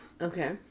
okay